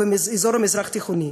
באזור המזרח-תיכוני.